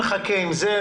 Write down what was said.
נחכה עם זה.